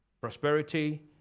Prosperity